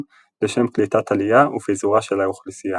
לשם קליטת עלייה ופיזורה של האוכלוסייה.